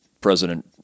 President